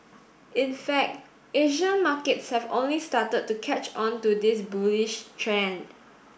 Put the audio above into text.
in fact Asian markets have only started to catch on to this bullish trend